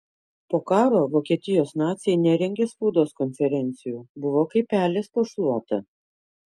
po karo vokietijos naciai nerengė spaudos konferencijų buvo kaip pelės po šluota